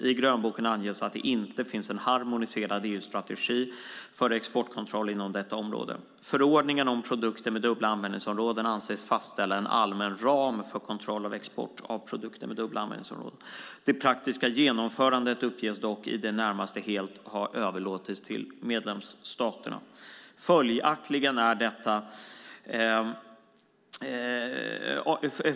I grönboken anges att det inte finns en harmoniserad EU-strategi för exportkontroll inom detta område. Förordningen om produkter med dubbla användningsområden anses fastställa en allmän ram för kontroll av export av produkter med dubbla användningsområden. Det praktiska genomförandet uppges dock i det närmaste helt ha överlåtits till medlemsstaterna.